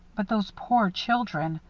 but those poor children!